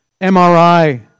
MRI